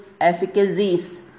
efficacies